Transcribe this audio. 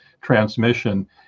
transmission